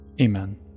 Amen